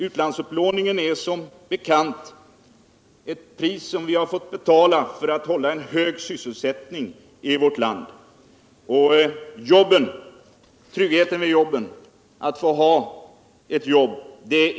Utlandsupplåningen är som bekant det pris som vi fått betala för att hålla hög sysselsättning i vårt land, och tryggheten i jobbet, att ha ett jobb.